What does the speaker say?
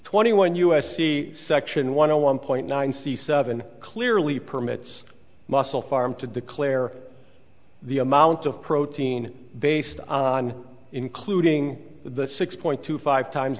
twenty one u s c section one hundred one point nine c seven clearly permits mussel farm to declare the amount of protein based on including the six point two five times